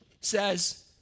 says